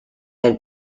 had